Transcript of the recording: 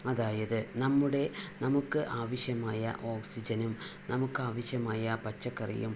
അതായത് നമ്മുടെ നമുക്ക് ആവശ്യമായ ഓക്സിജനും നമുക്കാവശ്യമായ പച്ചക്കറിയും